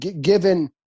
given